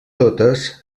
totes